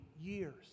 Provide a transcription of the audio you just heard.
years